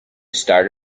start